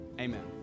amen